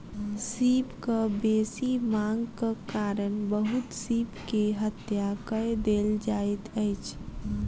सीपक बेसी मांगक कारण बहुत सीप के हत्या कय देल जाइत अछि